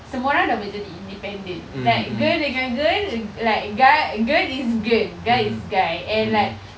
semua orang boleh jadi independent like girl dengan girl like guy girl is girl guy is guy and like